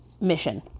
mission